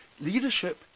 Leadership